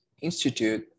Institute